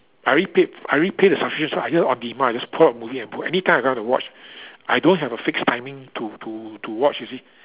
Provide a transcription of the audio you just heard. I already paid I already paid the subscription so I just on demand I just pull out the movie anytime I want to watch I don't have a fix timing to to to watch you see